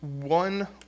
One